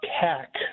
hack